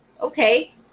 Okay